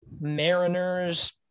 Mariners